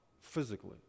physically